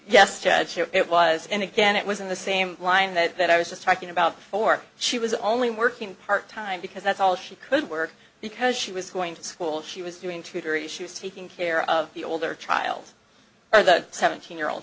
chad it was and again it was in the same line that i was just talking about before she was only working part time because that's all she could work because she was going to school she was doing tutoring issues taking care of the older child or the seventeen year old